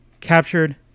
captured